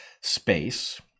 space